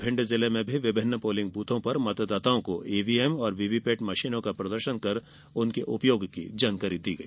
भिंड जिले में भी विभिन्न पोलिंग बूथों पर मतदाताओं को ईवीएम वीवीपैट मशीन का प्रदर्शन कर उपयोग की जानकारी दी गई